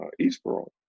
Eastboro